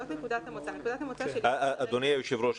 אדוני היושב-ראש,